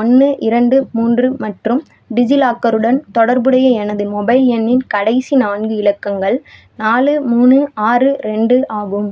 ஒன்று இரண்டு மூன்று மற்றும் டிஜிலாக்கருடன் தொடர்புடைய எனது மொபைல் எண்ணின் கடைசி நான்கு இலக்கங்கள் நாலு மூணு ஆறு ரெண்டு ஆகும்